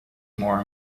more